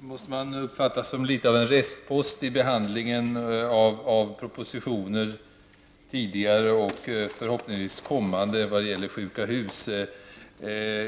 måste man uppfatta som något av en restpost i behandlingen av tidigare propositioner -- och förhoppningsvis kommande proposition när det gäller sjuka hus.